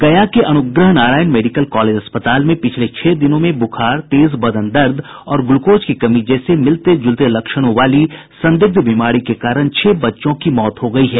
गया के Anugrah Narayan medical college अस्पताल में पिछले छह दिनों में बुखार तेज बदन दर्द और ग्लूकोज की कमी जैसे मिलते जुलते लक्षणों वाली संदिग्ध बीमारी के कारण छह बच्चों की मौत हो गयी है